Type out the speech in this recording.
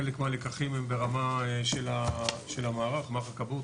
חלק מהלקחים הם ברמה של מערך הכבאות,